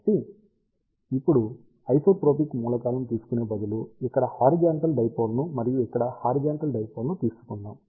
కాబట్టి ఇప్పుడు ఐసోట్రోపిక్ మూలకాలను తీసుకునే బదులు ఇక్కడ హారిజాంటల్ డైపోల్ ను మరియు ఇక్కడ హారిజాంటల్ డైపోల్ ను తీసుకుందాం